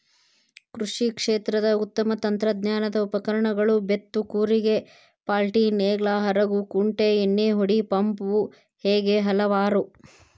ಕೃಷಿ ಕ್ಷೇತ್ರದ ಉತ್ತಮ ತಂತ್ರಜ್ಞಾನದ ಉಪಕರಣಗಳು ಬೇತ್ತು ಕೂರಿಗೆ ಪಾಲ್ಟಿನೇಗ್ಲಾ ಹರಗು ಕುಂಟಿ ಎಣ್ಣಿಹೊಡಿ ಪಂಪು ಹೇಗೆ ಹಲವಾರು